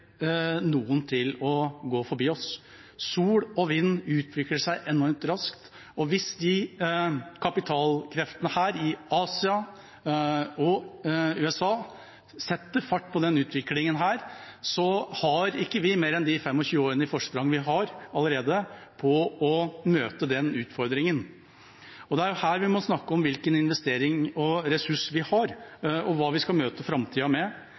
noen til å gå forbi oss. Sol- og vindteknologien utvikler seg enormt raskt, og hvis kapitalkreftene i Asia og USA setter fart på denne utviklingen, har ikke vi mer enn det forspranget på 25 år som vi allerede har, på å møte den utfordringen. Det er i den forbindelse vi må snakke om hvilke investeringer vi skal gjøre, hvilke ressurser vi har, og hva vi skal møte framtida med.